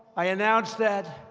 i announced that